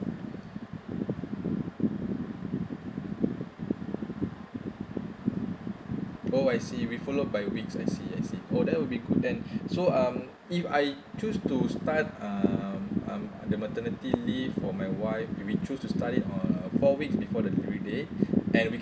[oh[ I see we follow by weeks I see I see oh that would be good then so um if I choose to start uh um the maternity leave for my wife if we choose to start it on four weeks before the due date and we